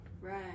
Right